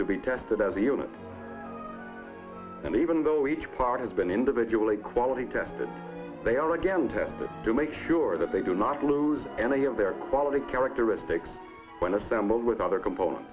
to be tested as a unit and even though each part has been individually quality tested they are again tested to make sure that they do not lose any of their quality characteristics when assembled with other component